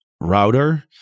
router